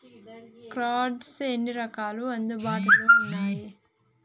Cards ఎన్ని రకాలు అందుబాటులో ఉన్నయి?